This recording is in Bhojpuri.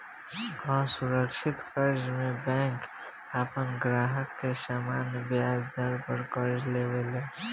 असुरक्षित कर्जा में बैंक आपन ग्राहक के सामान्य ब्याज दर पर कर्जा देवे ले